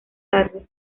tarde